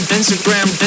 Instagram